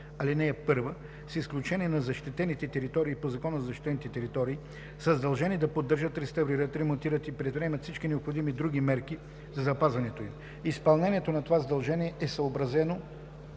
ал. 1, с изключение на защитените територии по Закона за защитените територии, са задължени да поддържат, реставрират, ремонтират и предприемат всички необходими други мерки за запазването им. Изпълнението на това задължение е съобразно